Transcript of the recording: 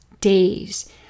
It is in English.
days